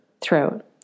throat